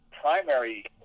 primary